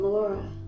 Laura